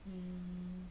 mmhmm